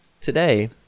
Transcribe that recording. Today